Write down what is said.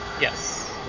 Yes